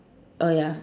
uh ya